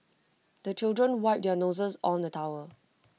the children wipe their noses on the towel